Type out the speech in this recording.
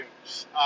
news